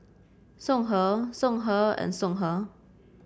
Songhe Songhe and Songhe